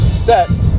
steps